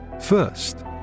First